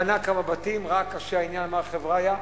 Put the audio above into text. בנה כמה בתים, ראה שקשה העניין, אמר: חבריה,